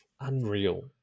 unreal